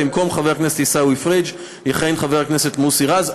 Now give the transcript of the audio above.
במקום חבר הכנסת עיסאווי פריג' יכהן חבר הכנסת מוסי רז.